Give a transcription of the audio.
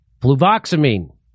fluvoxamine